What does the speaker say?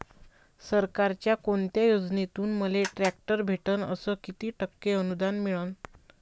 सरकारच्या कोनत्या योजनेतून मले ट्रॅक्टर भेटन अस किती टक्के अनुदान मिळन?